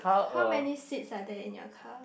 how many seats are there in your car